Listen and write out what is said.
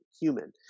human